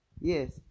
yes